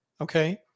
okay